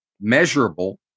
measurable